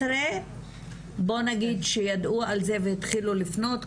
בוא נגיד שידעו על זה והתחילו לפנות,